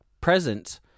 present